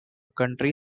country